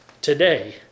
today